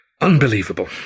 Unbelievable